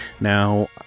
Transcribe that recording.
Now